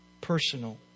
personal